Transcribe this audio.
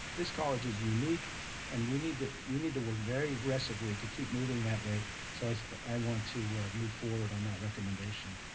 this college is unique and we need to we need to work very aggressively to keep moving that way so i i want to move forward on that recommendation.